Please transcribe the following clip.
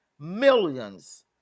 millions